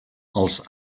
els